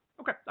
Okay